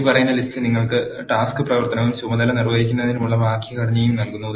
ഇനിപ്പറയുന്ന ലിസ്റ്റ് നിങ്ങൾക്ക് task പ്രവർത്തനവും ചുമതല നിർവഹിക്കുന്നതിനുള്ള വാക്യഘടനയും നൽകുന്നു